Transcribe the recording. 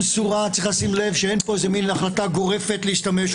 צריך לשים לב שאין פה איזו החלטה גורפת להשתמש,